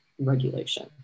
regulation